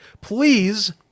Please